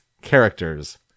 characters